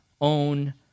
own